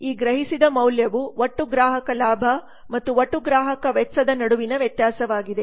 ಈ ಗ್ರಹಿಸಿದ ಮೌಲ್ಯವು ಒಟ್ಟು ಗ್ರಾಹಕ ಲಾಭ ಮತ್ತು ಒಟ್ಟು ಗ್ರಾಹಕ ವೆಚ್ಚದ ನಡುವಿನ ವ್ಯತ್ಯಾಸವಾಗಿದೆ